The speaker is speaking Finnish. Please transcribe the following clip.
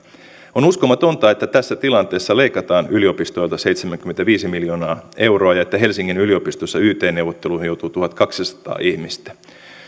on uskomatonta että tässä tilanteessa leikataan yliopistoilta seitsemänkymmentäviisi miljoonaa euroa ja että helsingin yliopistossa yt neuvotteluihin joutuu tuhatkaksisataa ihmistä